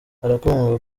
arakundwa